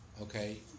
Okay